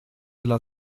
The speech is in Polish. dla